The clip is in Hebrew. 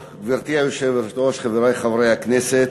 טוב, גברתי היושבת-ראש, חברי חברי הכנסת,